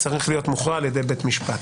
צריך להיות מוכרע על ידי בית משפט.